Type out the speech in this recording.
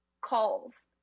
calls